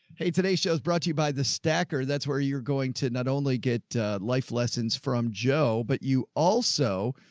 hey, today's show is brought to you by the stacker. that's where you're going to not only get a life lessons from joe, but you also.